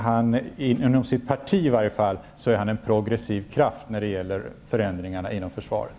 Han är, i varje fall i sitt parti, en progressiv kraft när det gäller förändringarna inom försvaret.